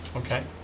okay,